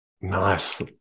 Nice